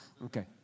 Okay